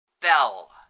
Bell